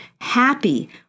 Happy